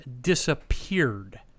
disappeared